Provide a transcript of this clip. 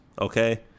okay